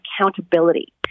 accountability